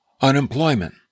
unemployment